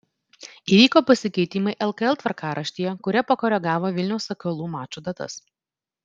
įvyko pasikeitimai lkl tvarkaraštyje kurie pakoregavo vilniaus sakalų mačų datas